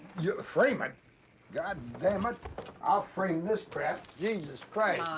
yeah frame it? goddamnit, i'll frame this crap, jesus christ.